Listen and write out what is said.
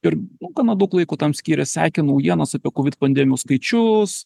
ir gana daug laiko tam skyrė sekė naujienas apie kovid pandemijos skaičius